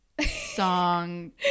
song